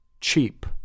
Cheap